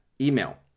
email